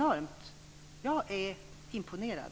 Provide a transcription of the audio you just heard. Jag är imponerad!